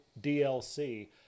DLC